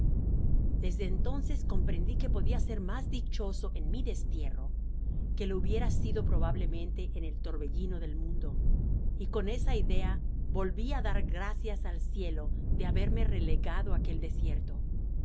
desde entonces comprendi que podia ser mas dichoso en mi destierro que lo hubiera sido probablemente en el torbellino del mundo y con esa idea volvi á dar gracias al cielo de haberme relegado á aquel desierto mas